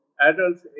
adults